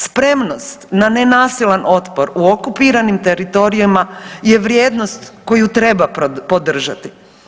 Spremnost na nenasilan otpor u okupiranim teritorijima je vrijednost koju treba podržati.